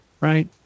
right